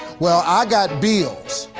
well i got bills,